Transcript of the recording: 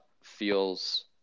feels